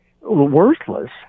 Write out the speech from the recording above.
Worthless